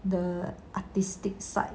the artistic side